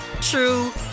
true